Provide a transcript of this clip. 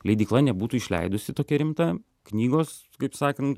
leidykla nebūtų išleidusi tokia rimta knygos kaip sakan